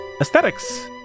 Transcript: aesthetics